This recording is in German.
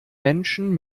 menschen